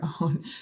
own